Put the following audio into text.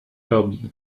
robi